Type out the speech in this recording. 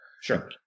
Sure